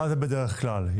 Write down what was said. מה זה בדרך כלל?